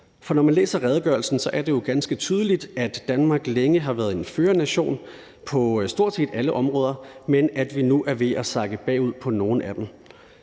For når man læser redegørelsen, er det jo ganske tydeligt, at Danmark længe har været en førernation på stort set alle områder, men at vi nu er ved at sakke bagud på nogle af dem.